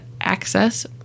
access